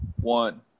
one